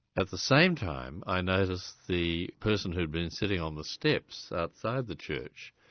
at the same time i noticed the person who had been sitting on the steps outside the church,